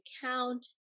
count